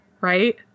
right